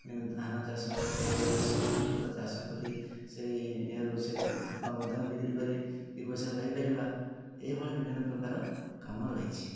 ଧାନ ଚାଷ ପରିବା ଚାଷ ବିଭିନ୍ନ ପ୍ରକାର ଚାଷ କରି ସେଇ ୟେ'ରୁ ସେ ଖତ ମଧ୍ୟ ବିକ୍ରି କରି ଦୁଇ ପଇସା ପାଇପାରିବା ଏଇଭଳି ବିଭିନ୍ନ ପ୍ରକାର କାମ ରହିଛି